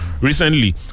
recently